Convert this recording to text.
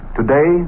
Today